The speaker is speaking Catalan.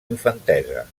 infantesa